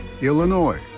Illinois